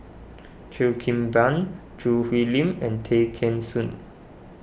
Cheo Kim Ban Choo Hwee Lim and Tay Kheng Soon